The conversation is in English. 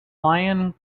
lion